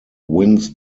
winds